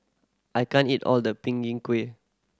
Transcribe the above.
I can't eat all the png in kueh